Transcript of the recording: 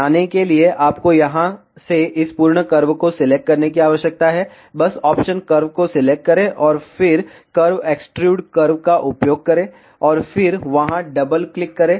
बनाने के लिए आपको यहां से इस पूर्ण कर्व को सिलेक्ट करने की आवश्यकता है बस ऑप्शन कर्व को सिलेक्ट करें और फिर कर्व एक्सट्रूड कर्व का उपयोग करें और फिर वहां डबल क्लिक करें